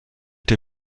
der